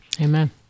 Amen